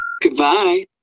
goodbye